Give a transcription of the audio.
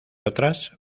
otras